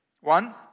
One